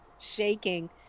shaking